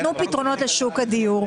תנו פתרונות לשוק הדיור.